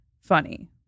funny